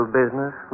business